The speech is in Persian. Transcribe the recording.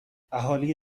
اهالی